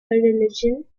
religion